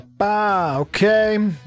Okay